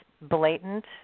blatant